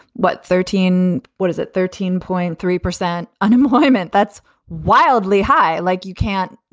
what, thirteen what is it, thirteen point three percent unemployment. that's wildly high. like, you can't.